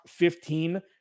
15